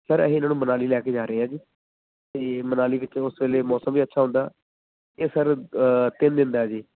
sir ਅਸੀਂ ਇਹਨਾਂ ਨੂੰ ਮਨਾਲੀ ਲੈ ਕੇ ਜਾ ਰਹੇ ਆ ਜੀ ਅਤੇ ਮਨਾਲੀ ਵਿੱਚ ਉਸ ਵੇਲੇ ਮੌਸਮ ਵੀ ਅੱਛਾ ਹੁੰਦਾ ਇਹ ਸਰ ਤਿੰਨ ਦਿਨ ਦਾ ਹੈ ਜੀ